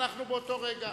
באותו רגע,